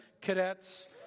cadets